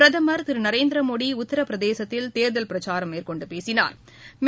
பிரதமா் திரு நரேந்திரமோடி உத்திரபிரதேசத்தில் தோ்தல் பிரச்சாரம் மேற்கொண்டு பேசினாா்